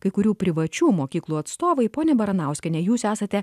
kai kurių privačių mokyklų atstovai ponia baranauskiene jūs esate